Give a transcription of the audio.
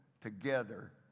together